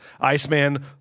Iceman